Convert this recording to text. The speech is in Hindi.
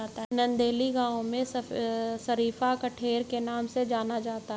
नंदेली गांव में शरीफा कठेर के नाम से जाना जाता है